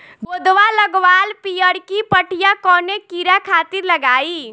गोदवा लगवाल पियरकि पठिया कवने कीड़ा खातिर लगाई?